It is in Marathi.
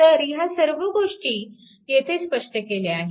तर ह्या सर्व गोष्टी येथे स्पष्ट केलेल्या आहेत